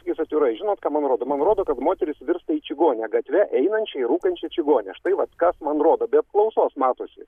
jus atvirai žinot ką man rodo man rodo kad moteris virsta į čigonę gatve einančią ir rūkančią čigonę štai vat kas man rodo apklausos matosi